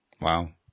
Wow